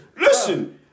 Listen